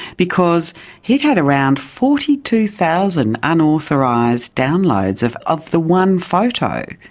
because he'd had around forty two thousand unauthorised downloads of of the one photo.